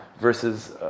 Versus